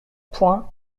drame